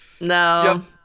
No